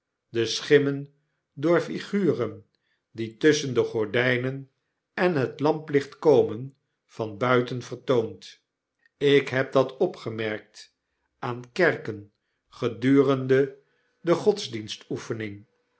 de schimmen door figureu die tusschen de gordftnen en het lamplicht komen van buiten vertoond ik heb dat opgemerkt aan kerken gedurende de